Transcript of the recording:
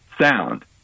sound